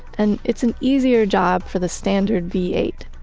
and it's an easier job for the standard v eight,